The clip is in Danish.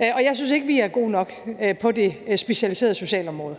Og jeg synes ikke, at vi er gode nok på det specialiserede socialområde.